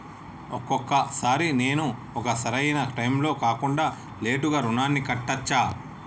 ఒక్కొక సారి నేను ఒక సరైనా టైంలో కాకుండా లేటుగా రుణాన్ని కట్టచ్చా?